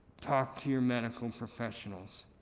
talk to your medical professionals.